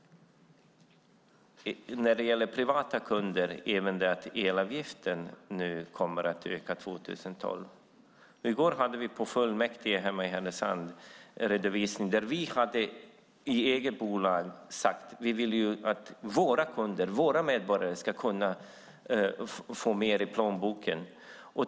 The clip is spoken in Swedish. När det gäller privatkunder kommer elavgiften att öka från 2012. I går hade vi på fullmäktigemötet i min hemkommun Härnösand en redovisning av vårt eget bolag. Vi har sagt att vi vill att våra kunder, våra medborgare, ska få mer i plånboken.